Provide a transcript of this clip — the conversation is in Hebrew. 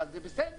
אבל בסדר,